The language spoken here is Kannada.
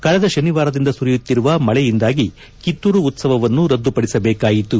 ಕಳೆದ ಶನಿವಾರದಿಂದ ಸುರಿಯುತ್ತಿರುವ ಮಳೆಯಿಂದಾಗಿ ಕಿತ್ತೂರು ಉತ್ಸವವನ್ನು ರದ್ದುಪಡಿಸಬೇಕಾಯಿತು